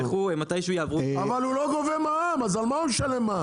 הוא לא גובה מע"מ, אז על מה הוא ישלם מע"מ?